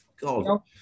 God